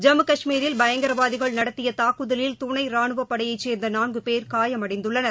ஜம்மு கஷ்மீரில் பயங்கரவாதிகள் நடத்தியதாக்குதலில் துணைராணுவப்படையைச் சேர்ந்தநான்குபேர் காயமடைந்துள்ளனர்